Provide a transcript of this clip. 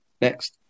next